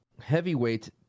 heavyweight